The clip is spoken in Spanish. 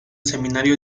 seminario